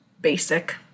basic